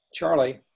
Charlie